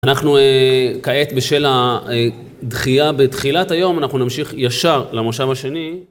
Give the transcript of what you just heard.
אנחנו כעת בשל הדחייה בתחילת היום, אנחנו נמשיך ישר למושב השני.